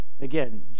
Again